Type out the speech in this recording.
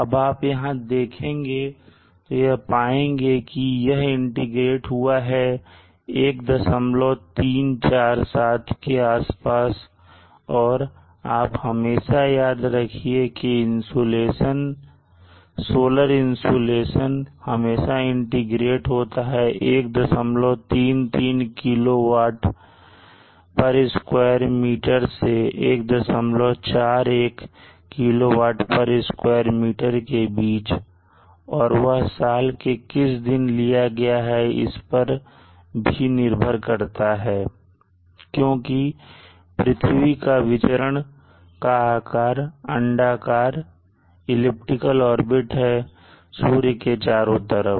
अब आप यहां देखें तो यह देख पाएंगे कि यह इंटीग्रेट हुआ है 1347 के आसपास और आप हमेशा याद रखिए कि सोलर इंसुलेशन हमेशा इंटीग्रेट होता है 133 किलो वाट स्क्वायर मीटर से 141 किलो वाट स्क्वायर मीटर के बीच और वह साल के किस दिन लिया गया है इस पर भी निर्भर करता है क्योंकि पृथ्वी का विचरण का आकार अंडाकार है सूर्य के चारों तरफ